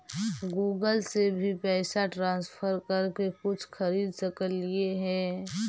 Google से भी पैसा ट्रांसफर कर के कुछ खरिद सकलिऐ हे?